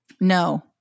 No